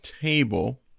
Table